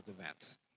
events